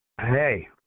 Hey